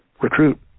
recruit